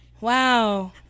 wow